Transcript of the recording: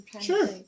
Sure